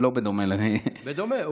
לא בדומה, בדומה.